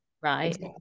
right